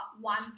one